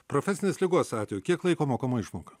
profesinės ligos atveju kiek laiko mokama išmoka